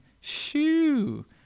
Shoo